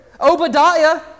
Obadiah